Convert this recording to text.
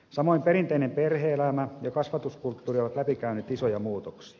samoin perinteinen perhe elämä ja kasvatuskulttuuri ovat läpikäyneet isoja muutoksia